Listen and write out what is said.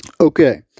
Okay